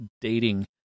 dating